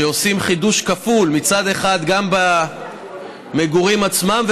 שעושים חידוש כפול: מצד אחד במגורים עצמם,